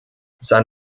sein